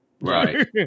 Right